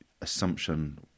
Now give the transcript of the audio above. assumption